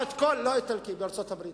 לא האיטלקי, בארצות-הברית.